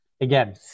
Again